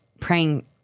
praying